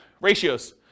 Ratios